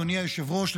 אדוני היושב-ראש,